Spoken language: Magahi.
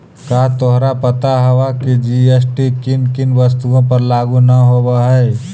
का तोहरा पता हवअ की जी.एस.टी किन किन वस्तुओं पर लागू न होवअ हई